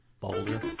boulder